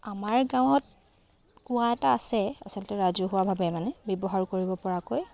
আমাৰ গাঁৱত কুঁৱা এটা আছে আচলতে ৰাজহুৱাভাৱে মানে ব্যৱহাৰ কৰিব পৰাকৈ